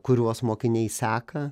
kuriuos mokiniai seka